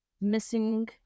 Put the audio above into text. missing